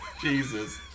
Jesus